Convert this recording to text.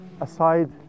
aside